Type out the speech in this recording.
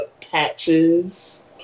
Patches